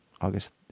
August